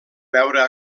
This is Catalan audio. veure